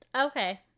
Okay